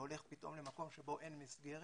והולך פתאום למקום שבו אין מסגרת,